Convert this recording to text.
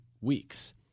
weeks